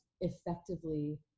effectively